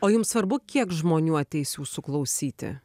o jums svarbu kiek žmonių ateis jūsų klausyti